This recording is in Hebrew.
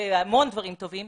ויש להם המון דברים טובים,